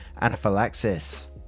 anaphylaxis